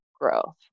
growth